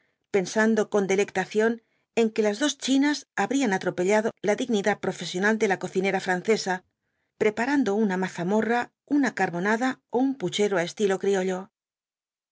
pensando con delectaíión en que las dos chinas habrían atropellado la dignidad profesional de la cocinera francesa preparando una mazamorra una carbonada ó un puchero á estilo riollo